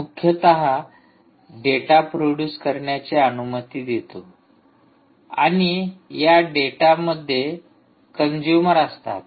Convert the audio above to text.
मुख्यतः तुम्हाला data produce करण्याची अनुमती देतो आणि या डेटामध्ये कंजुमर असतात